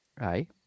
right